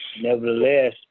nevertheless